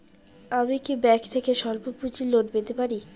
আমি কি ব্যাংক থেকে স্বল্প পুঁজির লোন পেতে পারি?